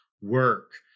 work